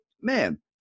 man